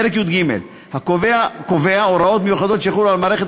פרק י"ג קובע הוראות מיוחדות שיחולו על מערכת